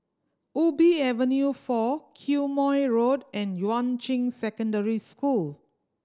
Ubi Avenue Four Quemoy Road and Yuan Ching Secondary School